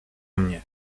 mnie